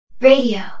Radio